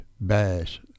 bash